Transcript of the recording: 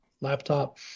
laptop